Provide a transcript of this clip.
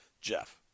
Jeff